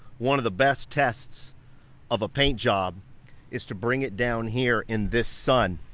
one of the best tests of a paint job is to bring it down here in this sun.